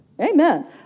amen